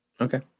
okay